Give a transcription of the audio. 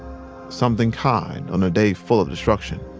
something kind, on a day full of destruction.